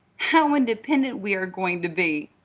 how independent we are going to be!